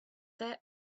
their